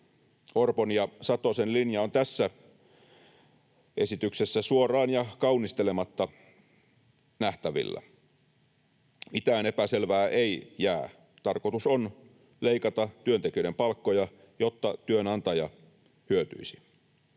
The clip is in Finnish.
Orpon ja Satosen linja on tässä esityksessä suoraan ja kaunistelematta nähtävillä. Mitään epäselvää ei jää. Tarkoitus on leikata työntekijöiden palkkoja, jotta työnantaja hyötyisi.